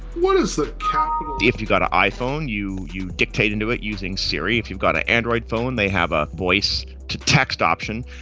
what is the capital, if you've got an iphone you you dictate into it using siri. if you've got an android phone they have a voice to text option.